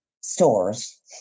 stores